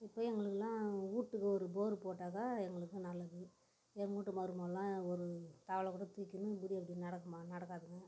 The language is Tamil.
இப்போ எங்களுக்குலாம் வீட்டுக்கு ஒரு போரு போட்டால் தான் எங்களுக்கு நல்லது எங்கள் வீட்டு மறுமகலாம் ஒரு தவலை கூட தூக்கின்னு இப்படி அப்படி நடக்குமா நடக்காதுங்க